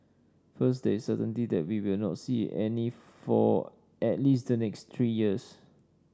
first there is certainty that we will not see any for at least the next three years